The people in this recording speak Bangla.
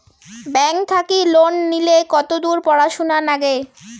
ব্যাংক থাকি লোন নিলে কতদূর পড়াশুনা নাগে?